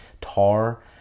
tar